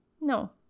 No